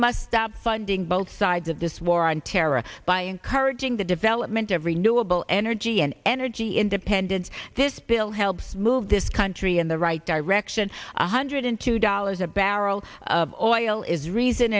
must stop funding both sides of this war on terror by encouraging the development of renewable energy and energy independence this bill helps move this country in the right direction one hundred two dollars a barrel of oil is reason